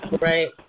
Right